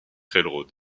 railroad